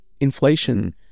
inflation